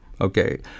okay